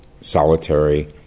solitary